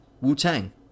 Wu-Tang